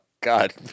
God